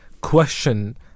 question